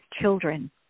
children